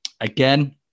Again